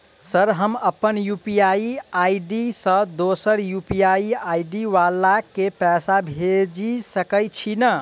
Sir हम अप्पन UPI ID सँ दोसर यु.पी.आई आई.डी वला केँ पैसा भेजि सकै छी नै?